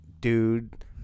dude